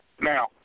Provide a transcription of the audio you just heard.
Now